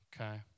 Okay